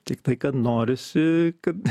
tiktai kad norisi kad